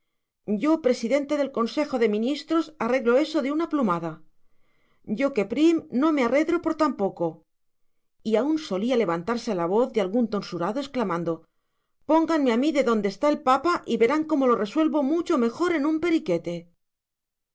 yo presidente del consejo de ministros arreglo eso de una plumada yo que prim no me arredro por tan poco y aún solía levantarse la voz de algún tonsurado exclamando pónganme a mí donde está el papa y verán cómo lo resuelvo mucho mejor en un periquete